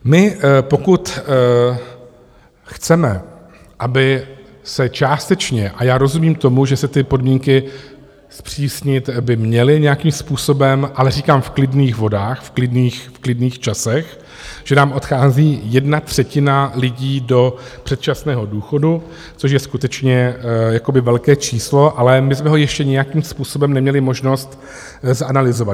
My, pokud chceme, aby se částečně já rozumím tomu, že ty podmínky zpřísnit by se měly nějakým způsobem, ale říkám v klidných vodách, v klidných časech, že nám odchází jedna třetina lidí do předčasného důchodu, což je skutečně jakoby velké číslo, ale my jsme ho ještě nějakým způsobem neměli možnost zanalyzovat.